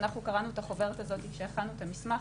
אנחנו קראנו את החוברת הזאת כשהכנו את המסמך,